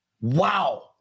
Wow